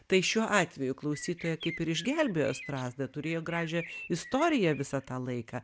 tai šiuo atveju klausytoją kaip ir išgelbėjo strazdą turėjo gražią istoriją visą tą laiką